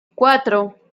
cuatro